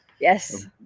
Yes